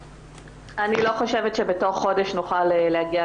אני לא חושבת שבתוך חודש נוכל להגיע